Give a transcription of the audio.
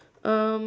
um